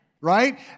Right